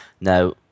Now